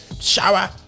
Shower